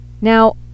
Now